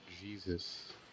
Jesus